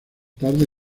tarde